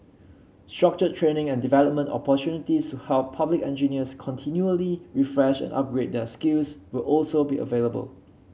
structured training and development opportunities to help public engineers continually refresh and upgrade their skills will also be available